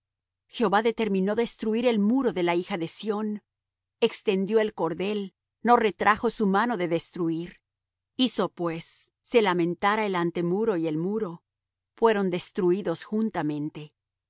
jehová determinó destruir el muro de la hija de sión extendió el cordel no retrajo su mano de destruir hizo pues se lamentara el antemuro y el muro fueron destruídos juntamente